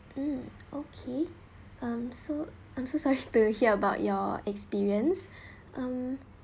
um okay um so I'm so sorry to hear about your experience mm